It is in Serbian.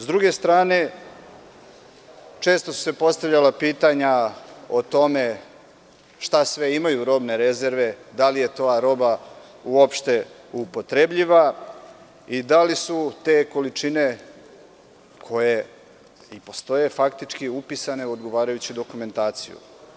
S druge strane, često su se postavljala pitanja o tome šta sve imaju robne rezerve, da li je ta roba uopšte upotrebljiva i da li su te količine koje i postoje faktički upisane u odgovarajuću dokumentaciju.